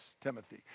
Timothy